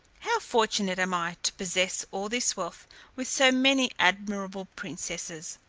how fortunate am i to possess all this wealth with so many admirable princesses!